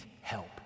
help